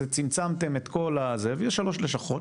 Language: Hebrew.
זה צמצמתם את כל הזה ויש שלוש לשכות,